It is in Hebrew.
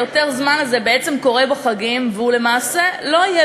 ה"יותר זמן" הזה בעצם קורה בחגים והוא למעשה לא יהיה